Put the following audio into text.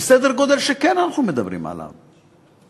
בסדר גודל שאנחנו כן מדברים עליו,